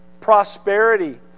prosperity